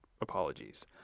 apologies